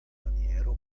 maniero